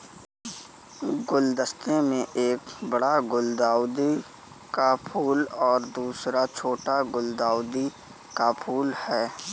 गुलदस्ते में एक बड़ा गुलदाउदी का फूल और दूसरा छोटा गुलदाउदी का फूल है